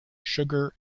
sugar